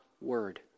word